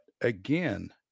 again